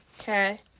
Okay